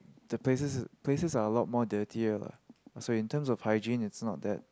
the places places are a lot more dirtier lah so in terms of hygiene it's not that